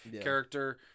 character